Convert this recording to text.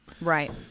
Right